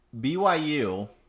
BYU